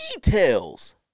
details